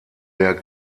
der